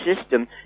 system